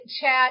chat